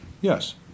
Yes